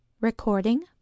Recording